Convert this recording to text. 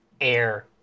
air